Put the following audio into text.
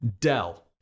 Dell